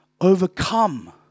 overcome